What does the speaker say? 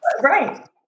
Right